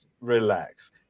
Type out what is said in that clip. relax